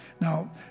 Now